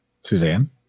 Suzanne